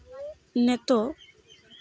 ᱱᱤᱛᱚᱜ